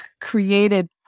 created